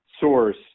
source